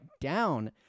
down